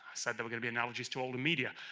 said there were gonna be analogies to older media.